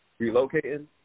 relocating